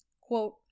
Quote